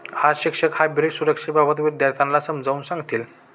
आज शिक्षक हायब्रीड सुरक्षेबाबत विद्यार्थ्यांना समजावून सांगतील